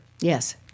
Yes